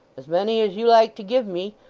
as many as you like to give me.